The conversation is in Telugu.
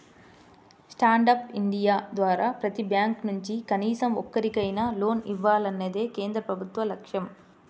స్టాండ్ అప్ ఇండియా ద్వారా ప్రతి బ్యాంకు నుంచి కనీసం ఒక్కరికైనా లోన్ ఇవ్వాలన్నదే కేంద్ర ప్రభుత్వ లక్ష్యం